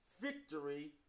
victory